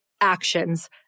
actions